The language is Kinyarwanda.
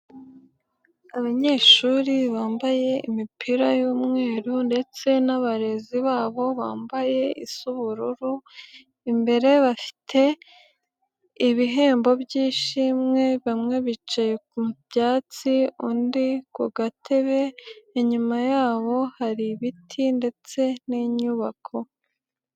Abanyeshuri bambaye imipira y'umweru ndetse n'abarezi babo bambaye isa ubururu, imbere bafite ibihembo by'ishimwe, bamwe bicaye ku byatsi, undi ku gatebe, inyuma yabo hari ibiti ndetse n'inyubako.